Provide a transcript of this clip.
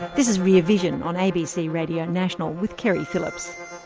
this is rear vision on abc radio national, with keri phillips.